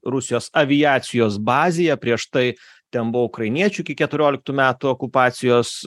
rusijos aviacijos bazėje prieš tai ten buvo ukrainiečių iki keturioliktų metų okupacijos